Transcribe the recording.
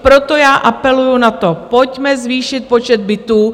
Proto já apeluji na to: pojďme zvýšit počet bytů.